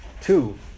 Two